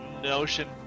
Notion